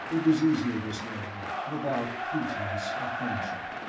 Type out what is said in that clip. it was easier this way, without pretense of friendship.